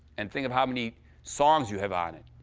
and think of how many songs you have on it.